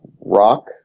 rock